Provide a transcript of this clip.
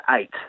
eight